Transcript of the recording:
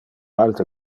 alte